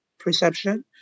perception